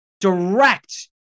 direct